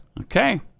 Okay